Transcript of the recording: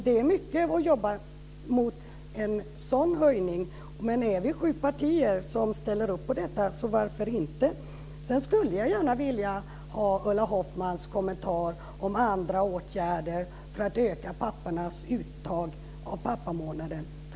Det är mycket att jobba för en sådan höjning. Men är vi sju partier som ställer upp på detta, så varför inte? Sedan skulle jag gärna vilja ha Ulla Hoffmanns kommentar om andra åtgärder för att öka pappornas uttag av pappamånaden.